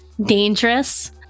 dangerous